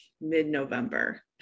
mid-november